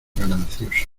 ganancioso